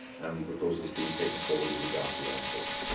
and the proposals being taken forward with regard to the m four.